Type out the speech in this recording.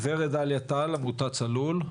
גברת דליה טל עמותת "צלול".